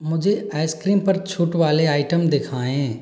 मुझे आइसक्रीम पर छूट वाले आइटम दिखाएँ